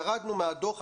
ירדנו מהדוח,